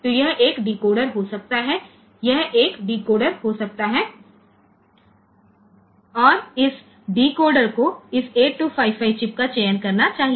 तो यह एक डिकोडर हो सकता है यह एक डिकोडर हो सकता है और इस डिकोडर को इस 8255 चिप का चयन करना चाहिए